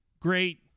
Great